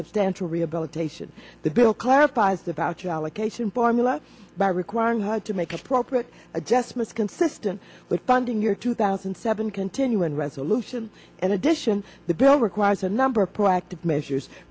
substantial rehabilitation the bill clarifies the voucher allocation formula by requiring her to make appropriate adjustments consistent with funding your two thousand and seven continuing resolution and addition the bill requires a number proactive measures